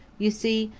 you see,